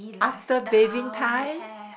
after bathing time